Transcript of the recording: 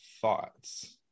thoughts